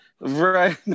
right